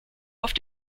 auf